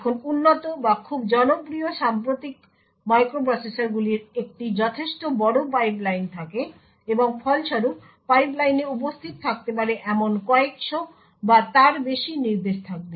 এখন উন্নত বা খুব জনপ্রিয় সাম্প্রতিক মাইক্রোপ্রসেসরগুলির একটি যথেষ্ট বড় পাইপলাইন থাকে এবং ফলস্বরূপ পাইপলাইনে উপস্থিত থাকতে পারে এমন কয়েকশ বা তার বেশি নির্দেশ থাকবে